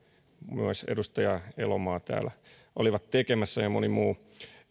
myös edustaja elomaa olivat tekemässä ja moni muu